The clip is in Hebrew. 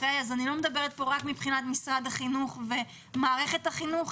אני לא מדברת רק על משרד החינוך ועל מערכת החינוך,